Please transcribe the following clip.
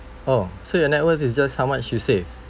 oh so your net worth is just how much you save